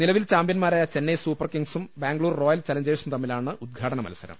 നിലവിൽ ചാമ്പ്യൻമാരായ ചെന്നൈ സൂപ്പർ കിങ്ങ്സും ബാംഗ്ലൂർ റോയൽ ചലഞ്ചേഴ്സും തമ്മിലാണ് ഉദ്ഘാടന മത്സരം